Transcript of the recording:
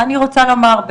אני רוצה לומר,